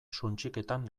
suntsiketan